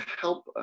help